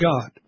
God